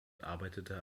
arbeitete